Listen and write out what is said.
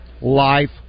life